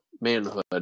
manhood